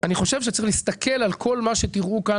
אני חושב שצריך להסתכל על כל מה שתראו כאן